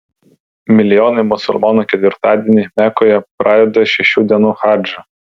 milijonai musulmonų ketvirtadienį mekoje pradeda šešių dienų hadžą